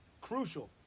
crucial